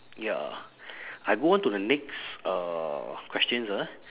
ya I go on to the next uh questions ah